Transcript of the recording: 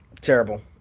Terrible